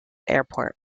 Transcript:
airport